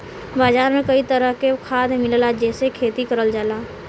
बाजार में कई तरह के खाद मिलला जेसे खेती करल जाला